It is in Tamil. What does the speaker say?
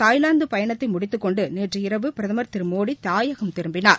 தாய்வாந்து பயணத்தை முடித்துக்கொண்டு நேற்றிரவு பிரதமர் திரு மோடி தாயகம் திரும்பினார்